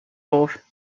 both